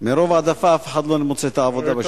מרוב העדפה אף אחד לא מוצא את העבודה,